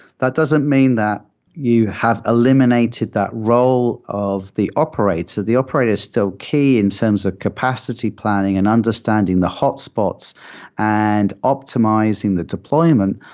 that doesn't mean that you have eliminated that role of the operator. the operator is still key in terms of capacity planning and understanding the hotspots and optimizing the deployment,